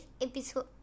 episode